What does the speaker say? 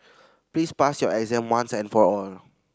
please pass your exam once and for all